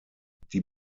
die